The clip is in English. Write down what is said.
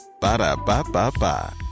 Ba-da-ba-ba-ba